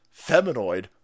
Feminoid